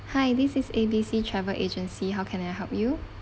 hi this is A B C travel agency how can I help you